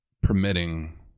permitting